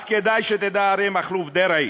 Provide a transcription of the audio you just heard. אז כדאי שתדע, אריה מכלוף דרעי,